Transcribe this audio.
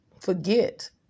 forget